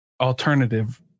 alternative